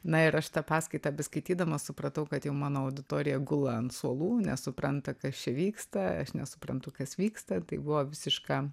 na ir aš tą paskaitą beskaitydama supratau kad jau mano auditorija gula ant suolų nesupranta kas čia vyksta aš nesuprantu kas vyksta tai buvo visiška